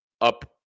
up